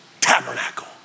Tabernacle